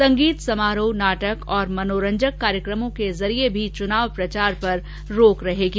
संगीत समारोह नाटक और मनोरंजन कार्यक्रमों के जरिये भी चुनाव प्रचार पर रोक रहेगी